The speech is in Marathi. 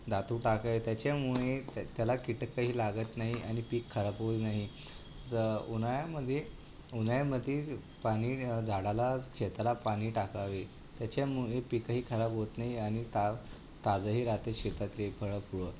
धातू टाकाय त्याच्यामुळे त्या त्याला कीटक काही लागत नाही आणि पीक खराब होय नाही ज उन्हाळ्यामध्ये उन्हाळ्यामध्ये पाणी झाडाला शेताला पाणी टाकावे त्याच्यामुळे पिकंही खराब होत नाही आणि ता ताजंही राहते शेतातले फळं फुलं